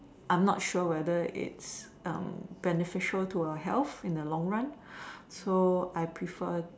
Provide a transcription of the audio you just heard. I'm not sure whether it's um beneficial to your health in the long run so I prefer